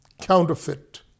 counterfeit